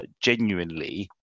genuinely